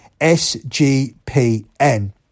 SGPN